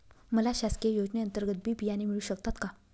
मला शासकीय योजने अंतर्गत बी बियाणे मिळू शकतात का?